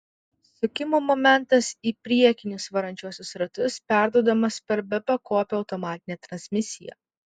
sukimo momentas į priekinius varančiuosius ratus perduodamas per bepakopę automatinę transmisiją